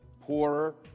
poorer